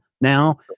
Now